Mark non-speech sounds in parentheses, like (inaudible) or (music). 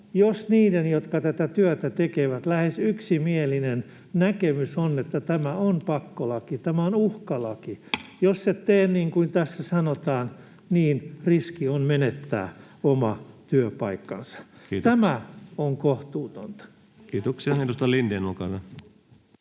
jos niiden, jotka tätä työtä tekevät, lähes yksimielinen näkemys on, että tämä on pakkolaki, tämä on uhkalaki, (noise) jos et tee niin kuin tässä sanotaan, niin riski on menettää oma työpaikkansa, [Puhemies: Kiitoksia!] tämä on kohtuutonta.